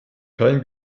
kein